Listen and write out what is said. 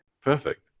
Perfect